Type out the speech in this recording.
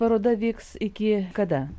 paroda vyks iki kada